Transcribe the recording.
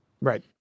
Right